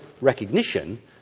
recognition